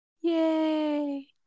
yay